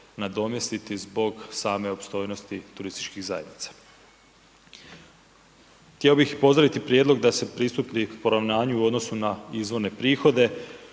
nadomjestiti zbog same opstojnosti turističkih zajednica Htio bi pozdraviti prijedlog da se pristupi poravnanju u odnosu na izvorne prihode